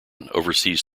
oversees